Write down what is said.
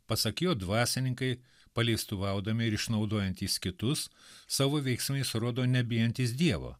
pasak jo dvasininkai paleistuvaudami ir išnaudojantys kitus savo veiksmais rodo nebijantys dievo